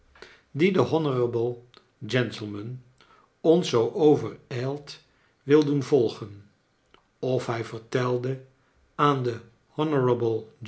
dien de honorable gentleman ons zoo overijld wil doen volgen of hij vertelde aan den